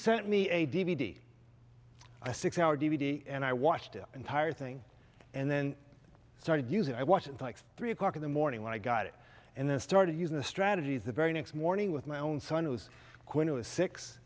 sent me a d v d a six hour d v d and i watched it entire thing and then started using i watched it like three o'clock in the morning when i got it and then started using the strategies the very next morning with my own son who's going to a six